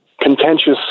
contentious